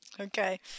Okay